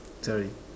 sorry